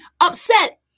upset